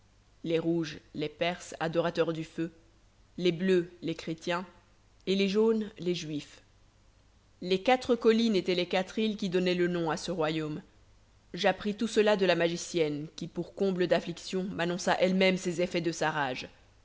les rouges les perses adorateurs du feu les bleus les chrétiens et les jaunes les juifs les quatre collines étaient les quatre îles qui donnaient le nom à ce royaume j'appris tout cela de la magicienne qui pour comble d'affliction m'annonça elle-même ces effets de sa rage